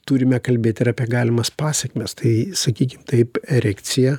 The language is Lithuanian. turime kalbėt ir apie galimas pasekmes tai sakykim taip erekcija